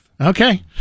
Okay